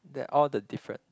that all the different